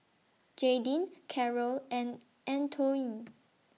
Jaydin Carol and Antoine